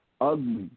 ugly